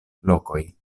lokoj